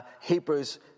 Hebrews